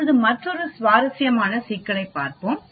இப்போது மற்றொரு சுவாரஸ்யமான சிக்கலைப் பார்ப்போம்